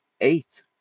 eight